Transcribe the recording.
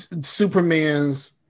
Superman's